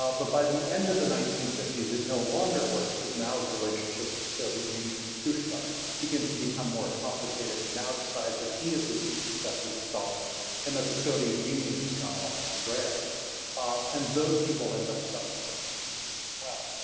but by the end of the nineteen fifty s, it no longer works as mao's relationship with the soviet union and khrushchev begins to become more complicated and mao decides that he is the true successor to stalin and that the soviet union has gone off the rails ah and those people end up suffering tremendously as well.